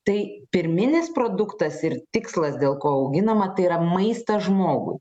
tai pirminis produktas ir tikslas dėl ko auginama tai yra maistas žmogui